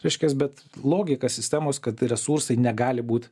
reiškiasi bet logika sistemos kad resursai negali būt